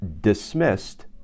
dismissed